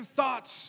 thoughts